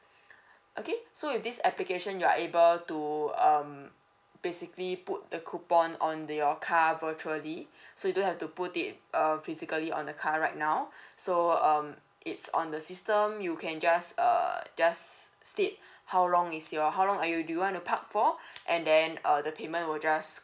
okay so in this application you're able to um basically put the coupon on your car virtually so you don't have to put it um physically on the car right now so um it's on the system you can just err just stated how long is your how long are you do you want to park for and then uh the payment will just